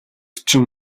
чинь